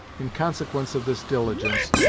in consequence of this diligence,